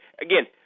again